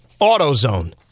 AutoZone